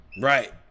Right